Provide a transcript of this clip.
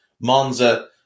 Monza